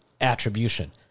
attribution